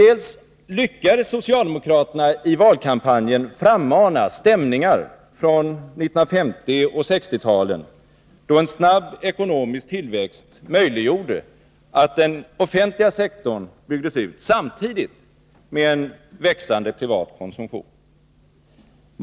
Dels lyckades socialdemokraterna i valkampanjen frammana stämningar från 1950 och 1960-talen, då en snabb ekonomisk tillväxt möjliggjorde att den offentliga sektorn byggdes ut samtidigt med en växande privat konsumtion.